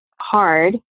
hard